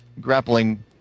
grappling